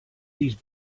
these